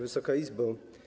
Wysoka Izbo!